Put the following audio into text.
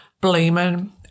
blaming